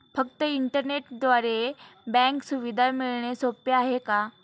फक्त इंटरनेटद्वारे बँक सुविधा मिळणे सोपे आहे का?